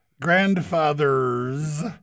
grandfather's